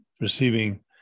Receiving